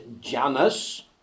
Janus